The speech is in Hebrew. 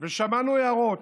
ושמענו הערות,